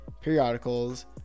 periodicals